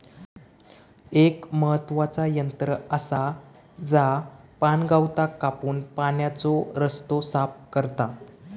एक महत्त्वाचा यंत्र आसा जा पाणगवताक कापून पाण्याचो रस्तो साफ करता